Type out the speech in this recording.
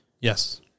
Yes